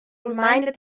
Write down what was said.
reminded